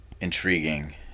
intriguing